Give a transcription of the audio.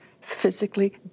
physically